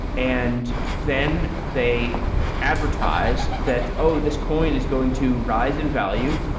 and then they advertise that, oh, this coin is going to rise in value.